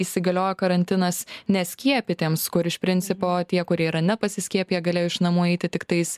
įsigaliojo karantinas neskiepytiems kur iš principo tie kurie yra nepasiskiepiję galėjo iš namų eiti tiktais